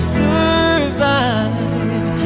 survive